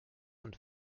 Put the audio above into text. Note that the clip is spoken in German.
und